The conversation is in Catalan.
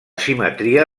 simetria